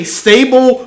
stable